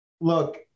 look